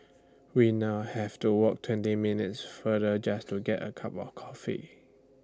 we now have to walk twenty minutes farther just to get A cup of coffee